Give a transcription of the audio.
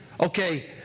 Okay